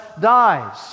dies